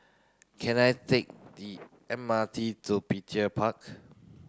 can I take the M R T to Petir Park